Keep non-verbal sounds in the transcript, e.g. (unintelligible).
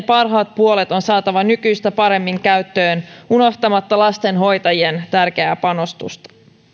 (unintelligible) parhaat puolet on saatava nykyistä paremmin käyttöön unohtamatta lastenhoitajien tärkeää